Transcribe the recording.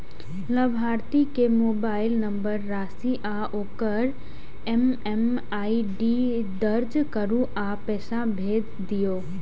लाभार्थी के mobile number, राशि आ ओकर एम.एम.आई.डी दर्ज करू आ पैसा भेज दियौ